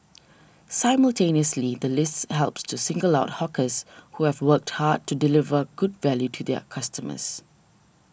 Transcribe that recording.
simultaneously the list helps to single out hawkers who have worked hard to deliver good value to their customers